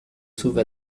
sauve